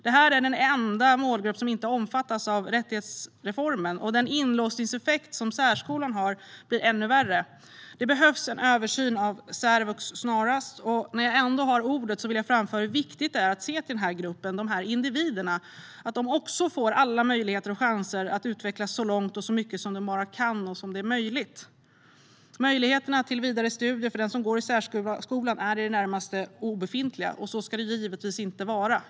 Det här är den enda målgrupp som inte omfattas av rättighetsreformen. Den inlåsningseffekt som särskolan har blir då ännu värre. Det behövs en översyn av särvux snarast. När jag ändå har ordet vill jag framföra hur viktigt det är att se till den här gruppen, de här individerna, så att de också får alla möjligheter och chanser att utvecklas så långt och mycket som de bara kan. Möjligheterna till vidare studier för den som går i särskolan är i det närmaste obefintliga, och så ska det givetvis inte vara.